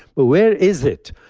but where is it?